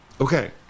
okay